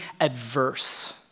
adverse